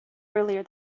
earlier